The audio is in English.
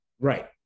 Right